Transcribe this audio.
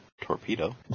torpedo